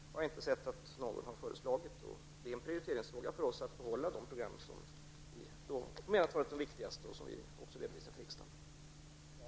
Jag har inte hört att någon skulle ha föreslagit det. Det är en prioriteringsfråga för oss att behålla dessa program som vi menar är det viktigaste, som vi också har redovisat för riksdagen.